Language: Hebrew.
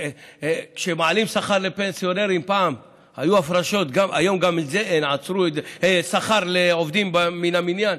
פעם הפרשות, שכר, לעובדים מן המניין,